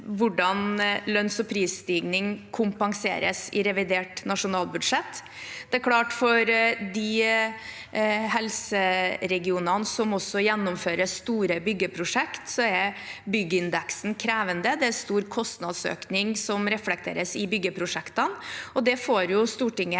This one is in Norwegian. hvordan lønns- og prisstigning kompenseres i revidert nasjonalbudsjett. Det er klart at for de helseregionene som også gjennomfører store byggeprosjekt, er byggindeksen krevende; det er en stor kostnadsøkning som reflekteres i byggeprosjektene. Det får Stortinget